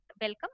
welcome